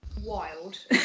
wild